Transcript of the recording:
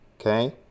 Okay